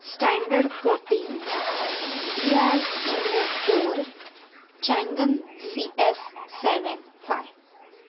standard fourteen D R E O four Changan C S seven five